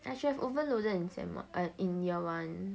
I should have overloaded in semester one err in year one